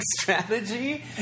strategy